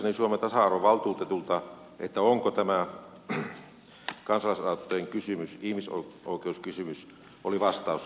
kysyttyäni suomen tasa arvovaltuutetulta onko tämä kansalaisaloitteen kysymys ihmisoikeuskysymys oli vastaus selvä